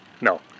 No